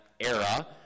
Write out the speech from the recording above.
era